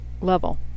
level